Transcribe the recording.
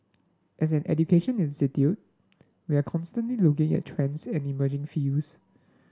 as an education institution we are constantly looking at trends and emerging fields